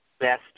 best